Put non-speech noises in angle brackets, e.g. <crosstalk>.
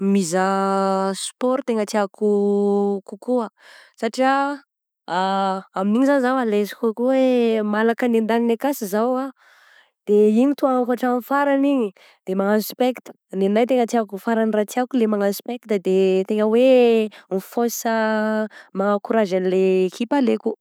Mizaha sport tegna tiako kokoa satria <hesitation> amin'igny zany zaho à l'aise kokoa hoe malaka ny andaniny akasy izaho ah de igny no tohanako hatramin'ny farany igny, de magnano specte, nenahy tegna tiako faran'ny raha tiako le magnano specte de tegna hoe mi-fonce manakorazy anle ekipa alaiko.